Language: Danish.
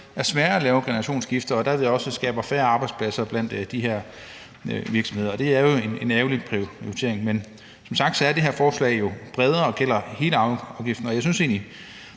er sværere at lave generationsskifte og det derved også skaber færre arbejdspladser blandt de her virksomheder, og det er jo en ærgerlig prioritering. Men som sagt er det her forslag jo bredere og gælder hele arveafgiften, og jeg synes egentlig,